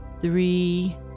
three